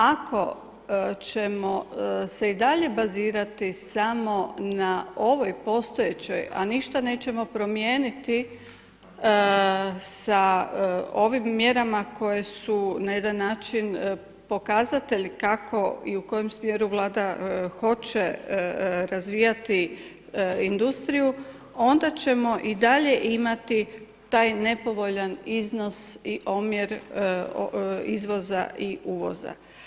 Ako ćemo se i dalje bazirati samo na ovoj postojećoj, a ništa nećemo promijeniti sa ovim mjerama koje su na jedan način pokazatelj kako i u kojem smjeru Vlada hoće razvijati industriju, onda ćemo i dalje imati taj nepovoljan iznos i omjer izvoza i uvoza.